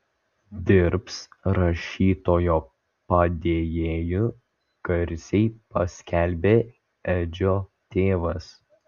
dirbs rašytojo padėjėju garsiai paskelbė edžio tėvas